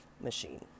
machine